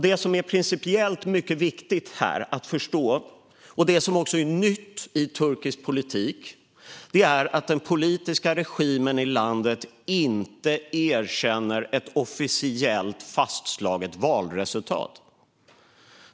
Det som principiellt är mycket viktigt att förstå och det som är nytt i turkisk politik är att den politiska regimen i landet inte erkänner ett officiellt fastslaget valresultat.